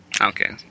okay